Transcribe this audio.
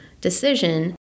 decision